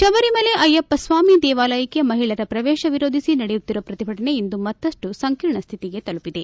ಶಬರಿಮಲ್ಲೆ ಅಯ್ಲಪ್ಪಸ್ವಾಮಿ ದೇವಾಲಯಕ್ಕೆ ಮಹಿಳೆಯರ ಪ್ರವೇಶ ವಿರೋಧಿಸಿ ನಡೆಯುತ್ತಿರುವ ಪ್ರತಿಭಟನೆ ಇಂದು ಮತ್ತಷ್ಟು ಸಂಕೀರ್ಣ ಸ್ಥಿತಿಗೆ ತಲುಪಿದೆ